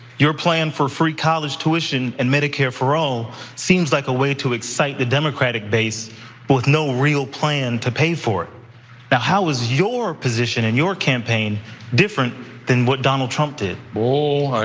your plan for free college tuition and medicare for all seems like a way to excite the democratic base but with no real plan to pay for it. now how is your position in your campaign different than what donald trump did? i